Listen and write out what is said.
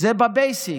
זה בבייסיק.